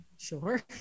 Sure